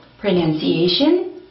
pronunciation